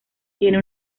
tiene